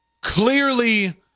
clearly